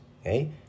okay